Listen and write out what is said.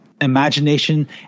imagination